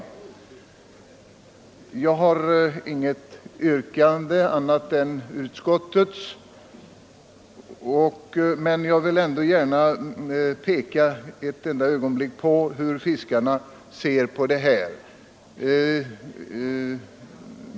Jag har inget annat yrkande än utskottets, men jag vill ändå gärna uppehålla mig ett ögonblick vid hur fiskarna ser på den här saken.